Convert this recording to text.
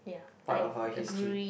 part of our history